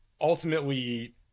Ultimately